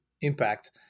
impact